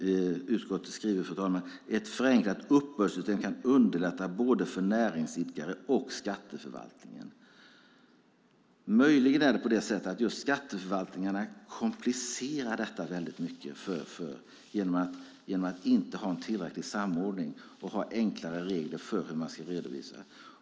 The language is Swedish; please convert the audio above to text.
Utskottet skriver att ett förenklat uppbördssystem kan underlätta för både näringsidkare och skatteförvaltningen. Möjligen är det på det sättet att just skatteförvaltningarna komplicerar detta mycket genom att inte ha en tillräcklig samordning och inte ha enklare regler för hur man ska redovisa.